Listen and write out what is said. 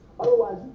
Otherwise